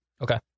Okay